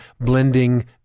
blending